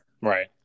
right